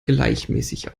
gleichmäßig